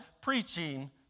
preaching